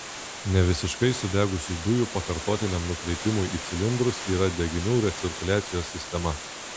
nevisiškai sudegusių dujų pakartotiniam nukreipimui į cilindrus yra deginių recirkuliacijos sistema